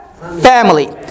family